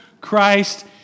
Christ